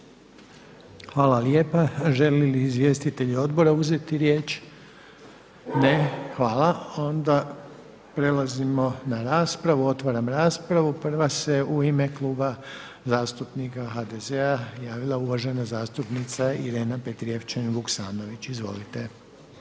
Hvala lijepa. Žele li izvjestitelji odbora uzeti riječ? Ne. Hvala. Onda prelazimo na raspravu, otvaram raspravu. Prva se u ime Kluba zastupnika HDZ-a javila uvažena zastupnica Irena Petrijevčanin-Vukasnović. Izvolite.